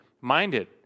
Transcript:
minded